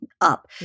up